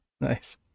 nice